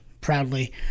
proudly